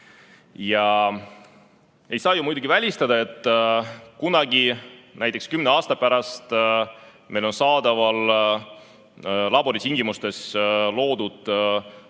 Ei saa muidugi välistada, et kunagi, näiteks kümne aasta pärast on meil saadaval laboritingimustes loodud soodne